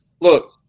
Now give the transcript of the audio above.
Look